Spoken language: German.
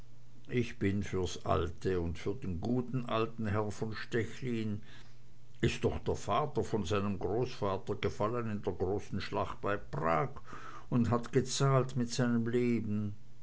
ich bin fürs alte und für den guten alten herrn von stechlin is doch der vater von seinem großvater gefallen in der großen schlacht bei prag und hat gezahlt mit seinem leben